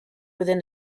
within